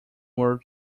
were